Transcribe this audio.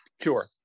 Sure